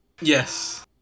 Yes